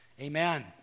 Amen